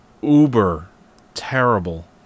uber-terrible